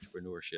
entrepreneurship